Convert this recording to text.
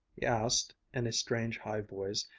he asked in a strange, high voice,